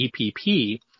EPP